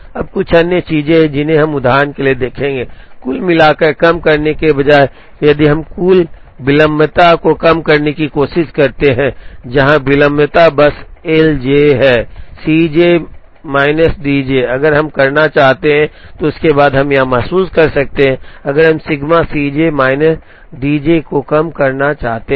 अब कुछ अन्य चीजें हैं जिन्हें हम उदाहरण के लिए देखेंगे कुल मिलाकर कम करने के बजाय यदि हम कुल विलंबता को कम करने की कोशिश करते हैं जहां विलंबता बस एल जे है C J minus D J अगर हम करना चाहते हैं उसके बाद हम महसूस कर सकते हैं कि अगर हम sigma C J minus D J को कम करना चाहते हैं